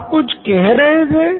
आप कुछ कह रहे थे